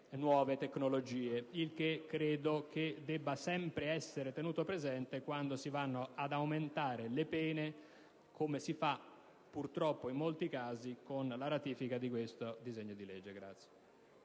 nuove tecnologie, il che credo debba sempre essere tenuto presente quando si va ad aumentare le pene, come si fa, purtroppo in molti casi, con l'approvazione di questo disegno di legge di